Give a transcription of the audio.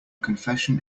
confession